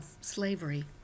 slavery